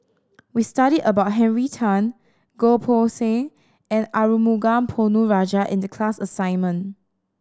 we studied about Henry Tan Goh Poh Seng and Arumugam Ponnu Rajah in the class assignment